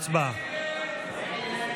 הצבעה.